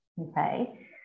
Okay